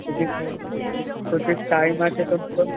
ওদিন ওদিন টাইম আছে তো